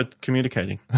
communicating